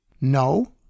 No